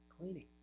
cleaning